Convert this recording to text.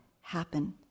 happen